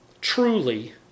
truly